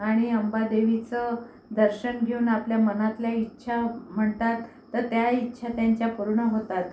आणि अंबादेवीचं दर्शन घेऊन आपल्या मनातल्या इच्छा म्हणतात तर त्या इच्छा त्यांच्या पूर्ण होतात